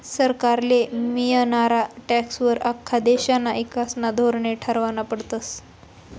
सरकारले मियनारा टॅक्सं वर आख्खा देशना ईकासना धोरने ठरावना पडतस